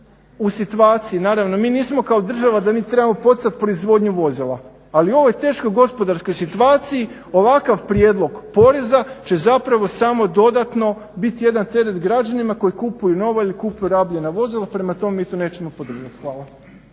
u situaciji naravno mi nismo kao država da mi trebamo poticati proizvodnju vozila ali u ovoj teškoj gospodarskoj situaciji ovakav prijedlog poreza će zapravo samo dodatno biti jedan teret građanima koji kupuju nova ili kupuju rabljena vozila, prema tome mi to nećemo podržati. Hvala.